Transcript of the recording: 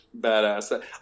badass